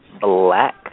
Black